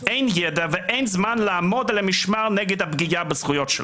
אין ידע ואין זמן לעמוד על המשמר נגד הפגיעה בזכויות שלו.